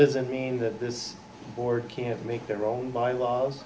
doesn't mean that this board can't make their own bylaws